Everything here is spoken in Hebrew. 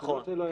נכון.